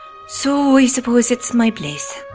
so i suppose it's my place.